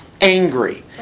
angry